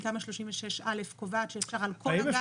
אם תמ"א 36 א קובעת שאפשר על כל הגג